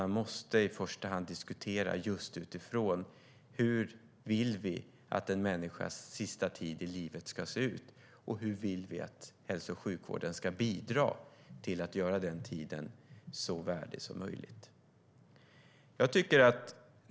Man måste i stället diskutera just utifrån hur vi vill att en människas sista tid i livet ska se ut och hur vi vill att hälso och sjukvården ska bidra till att göra den tiden så värdig som möjligt.